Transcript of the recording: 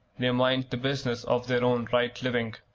they mind the business of their own right living.